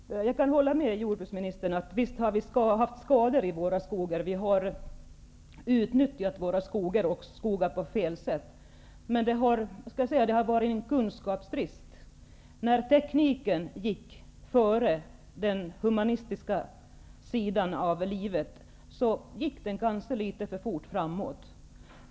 Herr talman! Jag kan hålla med jordbruksministern om att vi visst har fått skador i våra skogar. Vi har utnyttjat dem på fel sätt. Men det har berott på en kunskapsbrist. När tekniken gick före den humana sidan av livet gick den kanske litet för fort framåt.